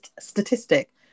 statistic